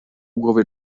głowie